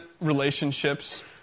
relationships